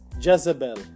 Jezebel